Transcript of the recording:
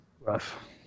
rough